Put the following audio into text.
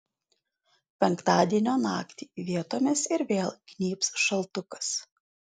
penktadienio naktį vietomis ir vėl gnybs šaltukas